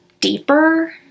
deeper